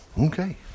Okay